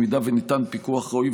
אם ניתן פיקוח ראוי,